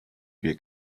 wir